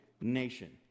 nation